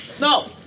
no